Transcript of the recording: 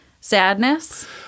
sadness